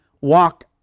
walk